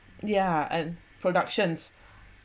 yeah and productions